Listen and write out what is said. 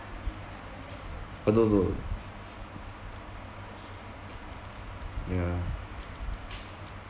uh no no yeah